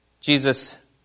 Jesus